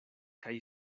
kaj